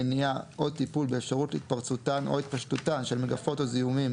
מניעה או טיפול באפשרות התפרצותן או התפשטותן של מגפות או זיהומים,